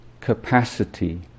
capacity